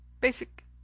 Basic